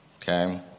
Okay